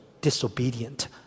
disobedient